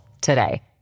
today